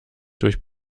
durch